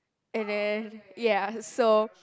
and then ya so